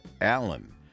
Allen